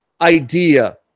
idea